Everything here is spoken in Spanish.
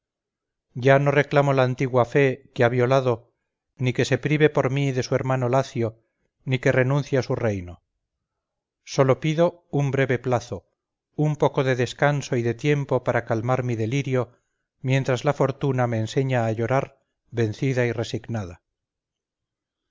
ya no reclamo la antigua fe que ha violado ni que se prive por mí de su hermano lacio ni que renuncie a su reino sólo pido un breve plazo un poco de descanso y de tiempo pata calmar mi delirio mientras la fortuna me enseña a llorar vencida y resignada